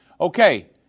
Okay